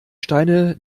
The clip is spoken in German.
steine